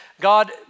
God